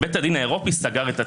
בית הדין האירופי סגר את התיק.